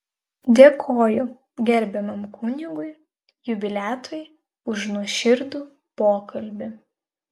dėkoju gerbiamam kunigui jubiliatui už nuoširdų pokalbį